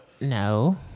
No